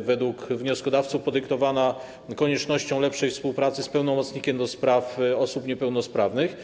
według wnioskodawców podyktowana koniecznością lepszej współpracy z pełnomocnikiem do spraw osób niepełnosprawnych.